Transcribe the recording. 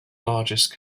largest